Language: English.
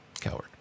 Coward